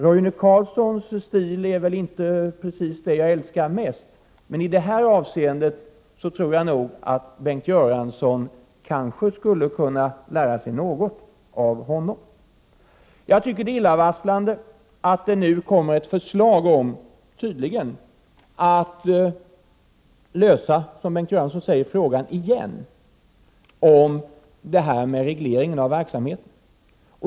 Roine Carlssons stil är väl inte precis vad jag älskar mest, men i detta avseende tror jag nog att Bengt Göransson kanske skulle kunna lära sig något av honom. Jag tycker att det är illavarslande att det tydligen kommer ett förslag om att, som Bengt Göransson säger, ”lösa frågan igen”, frågan om reglering av verksamheten.